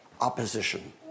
opposition